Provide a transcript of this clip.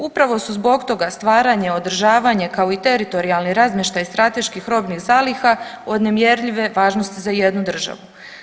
Upravo su zbog toga stvaranje, održavanje, kao i teritorijalni razmještaj strateških robnih zaliha od nemjerljive važnosti za jednu državu.